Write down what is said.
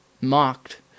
mocked